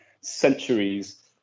centuries